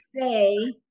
say